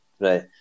Right